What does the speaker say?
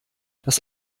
das